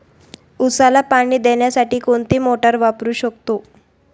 उसाला पाणी देण्यासाठी कोणती मोटार वापरू शकतो?